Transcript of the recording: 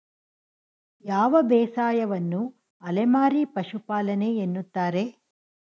ಯಾವ ಬೇಸಾಯವನ್ನು ಅಲೆಮಾರಿ ಪಶುಪಾಲನೆ ಎನ್ನುತ್ತಾರೆ?